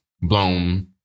blown